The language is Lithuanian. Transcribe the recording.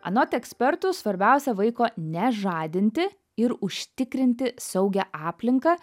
anot ekspertų svarbiausia vaiko nežadinti ir užtikrinti saugią aplinką